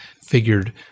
figured